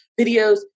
videos